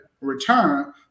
return